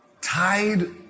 tied